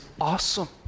awesome